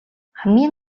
хамгийн